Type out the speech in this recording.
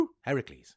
Heracles